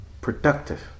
productive